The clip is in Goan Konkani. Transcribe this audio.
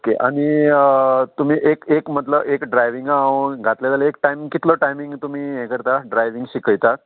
ओके आनी तुमी एक एक मदलो एक ड्रायविंगा हांव घातलें जाल्यार एक टायम कितलो टायमींग तुमी हें करता ड्रायविंग शिकयता